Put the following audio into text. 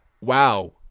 wow